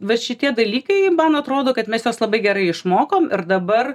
vat šitie dalykai man atrodo kad mes juos labai gerai išmokom ir dabar